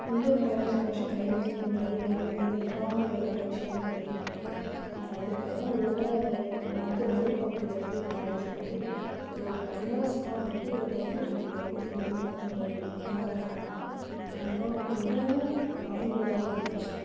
உள்ளூர் கலைஞர்கள் மற்றும் கைவினைகள் உங்கள் பகுதி மக்களுக்கு ஏதேனும் முகாம்கள் அல்லது பயிற்சியங்கள் நடத்திருக்கிறார்களா ம் நடத்தியிருக்காங்க ஒரு தடவை மது மதுரைப் பகுதியில் வந்து உள்ள காலேஜில் வந்து கு இலவசமாக வந்து தையல் தொழில் வந்து சொல்லி கொடுக்கறதா சொ நடத்தினாங்க அந்த முகாம் அந்த முகாம் வந்து மிகவும் பயனுள்ளதாக இருந்துச்சு